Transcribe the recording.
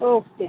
okay